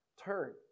Turn